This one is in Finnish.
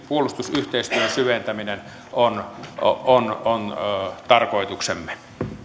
puolustusyhteistyön syventäminen ruotsin kanssa on tarkoituksemme